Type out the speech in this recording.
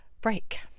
break